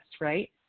right